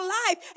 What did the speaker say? life